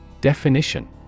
Definition